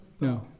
No